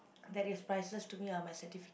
that is priceless to me are my certifi~